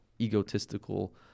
egotistical